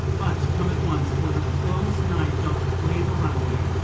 but come at once for the close night doth play the runaway,